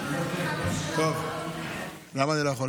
להצביע נגד, למה אני לא יכול?